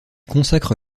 consacre